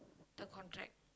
the contract